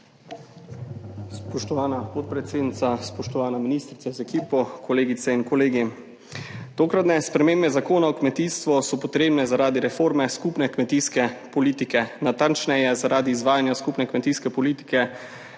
Spoštovana podpredsednica, spoštovana ministrica z ekipo, kolegice in kolegi! Tokratne spremembe Zakona o kmetijstvu so potrebne zaradi reforme skupne kmetijske politike, natančneje zaradi izvajanja skupne kmetijske politike